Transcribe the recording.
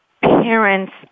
parents